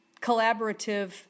collaborative